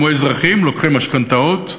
כמו אזרחים לוקחי משכנתאות,